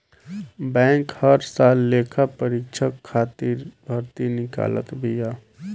bank हर साल लेखापरीक्षक खातिर भर्ती निकालत बिया